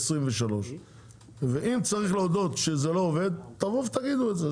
2023. אם צריך להודות בכך שזה לא עובד תבואו ותגידו את זה.